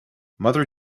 mother